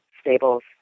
Stable's